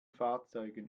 fahrzeugen